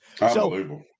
Unbelievable